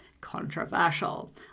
controversial